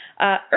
Earth